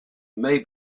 may